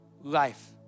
Life